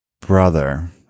Brother